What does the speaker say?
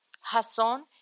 Jasón